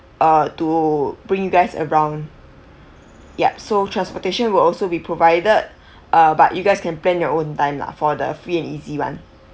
uh to bring you guys around yup so transportation will also be provided uh but you guys can plan your own time lah for the free and easy [one]